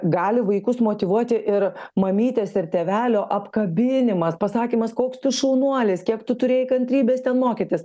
gali vaikus motyvuoti ir mamytės ir tėvelio apkabinimas pasakymas koks tu šaunuolis kiek tu turėjai kantrybės ten mokytis